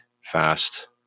fast